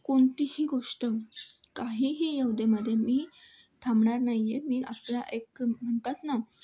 कोणतीही गोष्ट काहीही येऊ दे मध्ये मी थांबणार नाही आहे मी अशा एक म्हणतात ना